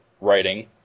writing